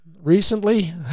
recently